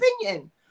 opinion